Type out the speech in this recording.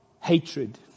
hatred